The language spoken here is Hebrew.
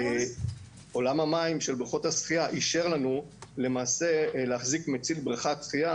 עולם המים של בריכות השחייה אישר לנו למעשה להחזיק מציל בבריכת שחייה,